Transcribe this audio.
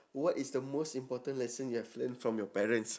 what is the most important lesson you have learned from your parents